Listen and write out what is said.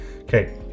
Okay